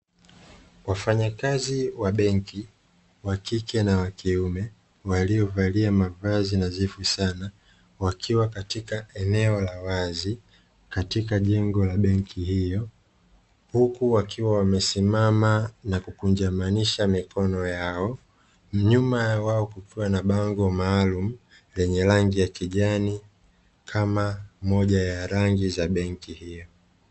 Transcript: Wafanyakazi wa benki (wa kike na wa kiume) waliovalia mavazi nadhifu sana, wakiwa katika eneo la wazi katika jengo la benki hiyo. Huku wakiwa wamesimama na kukunjamanisha mikono yao, nyuma ya wao kukiwa na bango maalumu lenye rangi ya kijani kama moja ya rangi za benki hiyo.